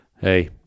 Hey